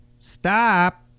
stop